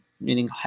meaning